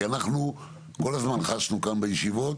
כי אנחנו כל הזמן חשנו כאן בישיבות,